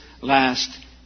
last